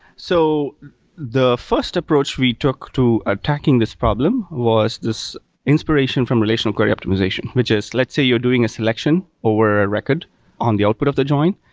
so the first approach we took to attacking this problem was this inspiration from relational query optimization, which is let's say you're doing a selection over a record on the output of the join,